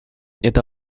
eta